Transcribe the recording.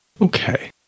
Okay